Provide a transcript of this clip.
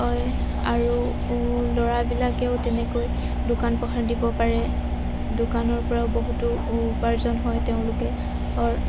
হয় আৰু ল'ৰাবিলাকেও তেনেকৈ দোকান পোহাৰ দিব পাৰে দোকানৰপৰাও বহুতো উপাৰ্জন হয় তেওঁলোকে